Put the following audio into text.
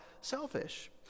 selfish